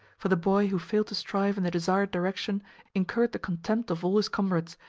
for the boy who failed to strive in the desired direction incurred the contempt of all his comrades,